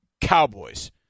Cowboys